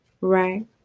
right